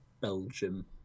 Belgium